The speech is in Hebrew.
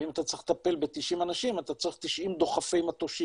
ואם אתה צריך לטפל ב-90 אנשים אתה צריך 90 דוחפי מטושים.